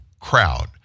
crowd